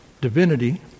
divinity